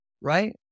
Right